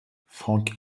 frank